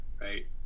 Right